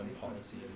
policy